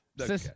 Okay